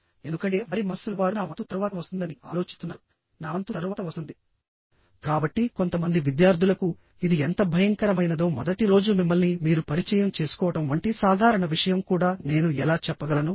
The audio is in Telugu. ఎందుకంటే వారి మనస్సులో వారు నా వంతు తరువాత వస్తుందని ఆలోచిస్తున్నారునా వంతు తరువాత వస్తుంది కాబట్టి కొంతమంది విద్యార్థులకు ఇది ఎంత భయంకరమైనదో మొదటి రోజు మిమ్మల్ని మీరు పరిచయం చేసుకోవడం వంటి సాధారణ విషయం కూడా నేను ఎలా చెప్పగలను